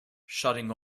shutting